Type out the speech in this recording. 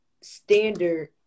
standard